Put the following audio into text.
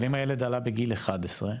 אבל אם הילד עלה בגיל 11?